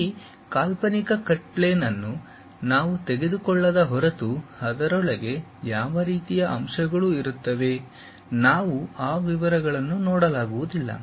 ಈ ಕಾಲ್ಪನಿಕ cut plane ಅನ್ನು ನಾವು ತೆಗೆದುಕೊಳ್ಳದ ಹೊರತು ಅದರೊಳಗೆ ಯಾವ ರೀತಿಯ ಅಂಶಗಳು ಇರುತ್ತವೆ ನಾವು ಆ ವಿವರಗಳನ್ನು ನೋಡಲಾಗುವುದಿಲ್ಲ